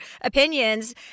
opinions